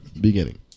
Beginning